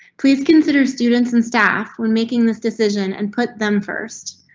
please consider students and staff when making this decision and put them first.